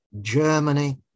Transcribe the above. Germany